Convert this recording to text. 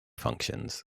functions